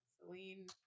Celine